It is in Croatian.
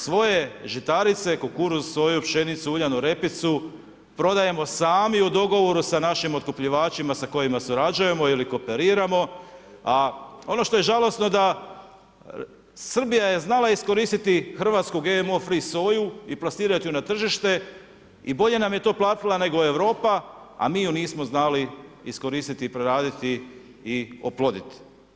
Svoje žitarice, kukuruz, soju, pšenicu, uljanu repicu prodajemo sami u dogovoru sa našim otkupljivačima sa kojima surađujemo ili koperiramo, a on što je žalosno da Srbija je znala iskoristiti Hrvatsku GMO free soju i plasirat ju na tržište i bolje nam je to platila nego Europa, a mi ju nismo znali iskoristiti, preraditi i oplodit.